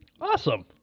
Awesome